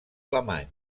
alemany